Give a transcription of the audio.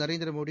Narendra Modi